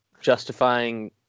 justifying